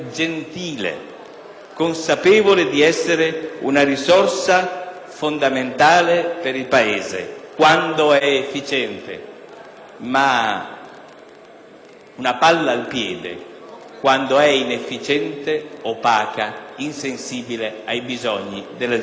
consapevole di essere una risorsa fondamentale per il Paese, quando è efficiente; ma una palla al piede quando è inefficiente, opaca, insensibile ai bisogni della gente.